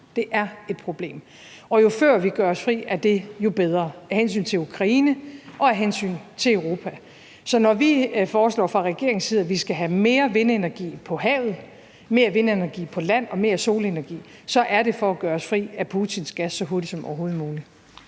Det er et problem. Og jo før vi gør os fri af det, jo bedre er det af hensyn til Ukraine og af hensyn til Europa. Så når vi fra regeringens side foreslår, at vi skal have mere vindenergi på havet, mere vindenergi på land og mere solenergi, er det for at gøre os fri af Putins gas så hurtigt som overhovedet muligt.